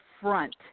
front